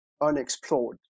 unexplored